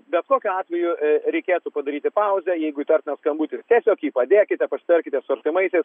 bet kokiu atveju reikėtų padaryti pauzę jeigu įtartinas skambutis tiesiog padėkite pasitarkite su artimaisiais